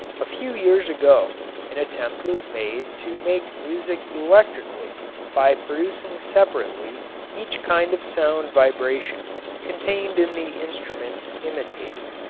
a few years ago an attempt was made to make music electrically by producing separately each kind of sound vibration contained in the instruments imitated.